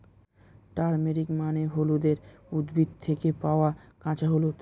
turmeric মানে হলুদের উদ্ভিদ থেকে পাওয়া কাঁচা হলুদ